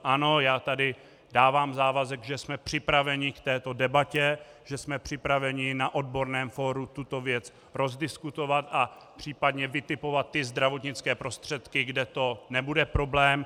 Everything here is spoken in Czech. Ano, já tady dávám závazek, že jsme připraveni k této debatě, že jsme připraveni na odborném fóru tuto věc rozdiskutovat a případně vytipovat ty zdravotnické prostředky, kde to nebude problém.